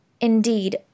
indeed